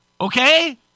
Okay